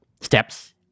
steps